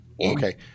Okay